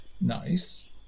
Nice